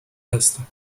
هستم